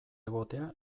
egotea